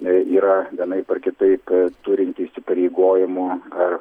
yra vienaip ar kitaip turinti įsipareigojimų